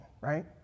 right